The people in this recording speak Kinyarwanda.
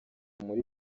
muri